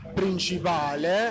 principale